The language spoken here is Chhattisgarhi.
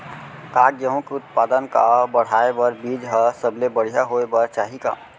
का गेहूँ के उत्पादन का बढ़ाये बर बीज ह सबले बढ़िया होय बर चाही का?